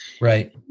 Right